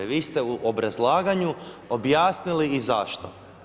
Vi ste u obrazlaganju objasnili i zašto.